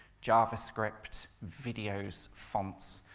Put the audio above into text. javascript, videos, fonts,